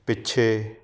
ਪਿੱਛੇ